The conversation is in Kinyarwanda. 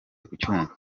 kuyumva